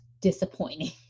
disappointing